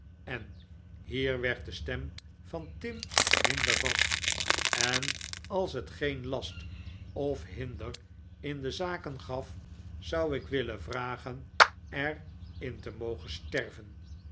en hier werd de stem van tim minder vast en als het geen last of hinder in de zaken gaf zou ik willen vragen er in te mogen sterven